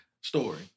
Story